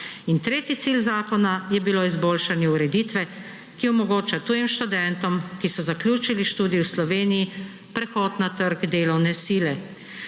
In tretji cilj zakona je bilo izboljšanje ureditve, ki omogoča tujim študentom, ki so zaključili študij v Sloveniji, prehod na trg delovne sile.